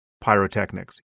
pyrotechnics